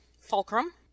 fulcrum